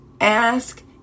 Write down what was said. ask